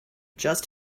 just